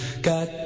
got